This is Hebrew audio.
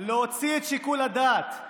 להוציא את שיקול הדעת,